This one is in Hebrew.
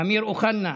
אמיר אוחנה,